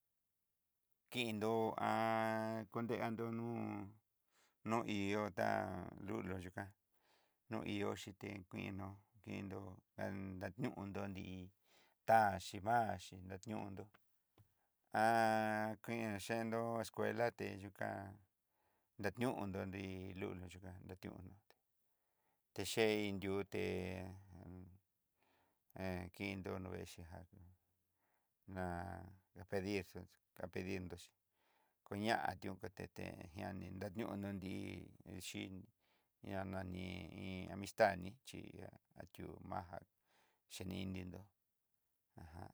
kindo dendo nú nú ihó tá lulu yukan, no ihó yité kuinó, kindo nundó nrí taxhi va'axi na niundó i yendo escuela teyuká, dayundo nri lulu xhika nration techein yuté hé kindo veexi jan ná pedir xaxe a perdir nro xhí kuña ti'ó katete ña nri na ñiunró nri xi ña nani iin amistani chí ati'ó majá chenin ninró ajan.